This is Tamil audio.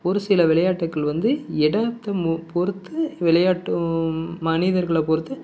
ஒரு சில விளையாட்டுகள் வந்து இடத்த மோ பொறுத்து விளையாட்டும் மனிதர்களை பொறுத்து